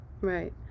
right